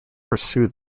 pursue